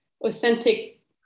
authentic